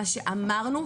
מה שאמרנו,